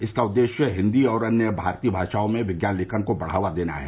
इसका उद्देश्य हिन्दी और अन्य भारतीय भाषाओं में विज्ञान लेखन को बढ़ावा देना है